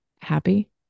Happy